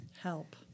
help